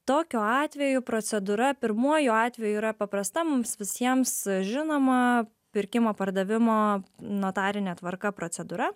tokiu atveju procedūra pirmuoju atveju yra paprasta mums visiems žinoma pirkimo pardavimo notarine tvarka procedūra